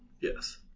Yes